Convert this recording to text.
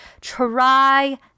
try